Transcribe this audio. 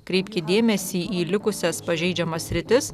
kreipti dėmesį į likusias pažeidžiamas sritis